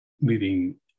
moving